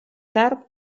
tard